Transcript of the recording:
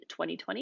2020